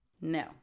No